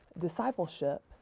discipleship